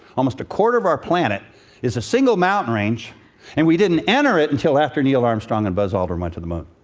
almost a quarter of our planet is a single mountain range and we didn't enter it until after neil armstrong and buzz aldrin went to the moon.